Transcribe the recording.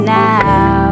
now